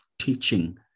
teaching